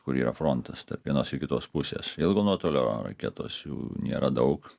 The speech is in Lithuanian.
kur yra frontas tarp vienos ir kitos pusės ilgo nuotolio raketos jų nėra daug